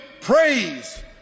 praise